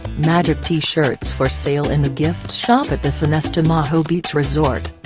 magic t-shirts for sale in the gift shop at the sonesta maho beach resort.